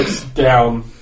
down